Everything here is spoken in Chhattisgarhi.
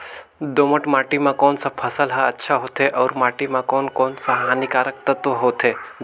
दोमट माटी मां कोन सा फसल ह अच्छा होथे अउर माटी म कोन कोन स हानिकारक तत्व होथे?